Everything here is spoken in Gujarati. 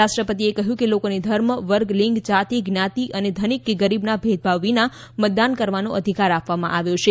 રાષ્ટ્રપતિએ કહ્યું કે લોકોને ધર્મ વર્ગ લિંગ જાતિ જ્ઞાતિ અને ધનિક કે ગરીબના ભેદભાવ વિના મતદાન કરવાનો અધિકાર આપવામાં આવ્યો છે